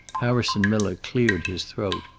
harrison miller cleared his throat.